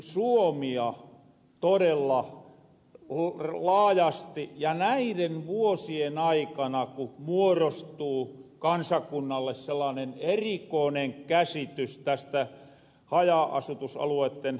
mutta kierin suomea todella laajasti näiden vuosien aikana ku muorostu kansakunnalle sellainen erikoinen käsitys näistä haja asutusalueitten jätevesiasioista